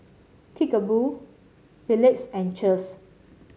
Kickapoo Phillips and Cheers